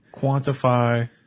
quantify